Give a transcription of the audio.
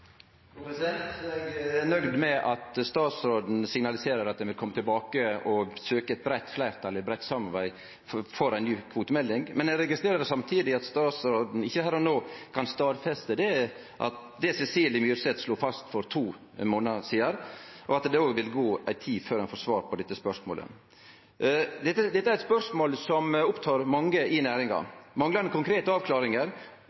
er nøgd med at statsråden signaliserer at han vil kome tilbake og søkje eit breitt fleirtal, eit breitt samarbeid, for ei ny kvotemelding. Men eg registrerer samtidig at statsråden ikkje her og no kan stadfeste det Cecilie Myrseth slo fast for to månadar sidan, og at det òg vil gå ei tid før ein får svar på dette spørsmålet. Dette er eit spørsmål som opptek mange i